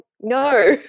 No